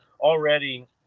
already